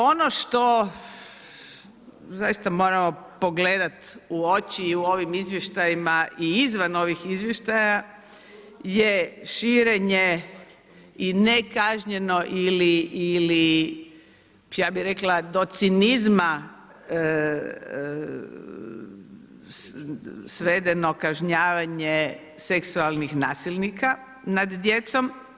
Ono što zaista moramo pogledat u oči u ovim izvještajima i izvan ovih izvještaja je širenje i nekažnjeno ili ja bi rekla do cinizma svedeno kažnjavanje seksualnih nasilnika nad djecom.